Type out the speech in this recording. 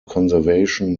conservation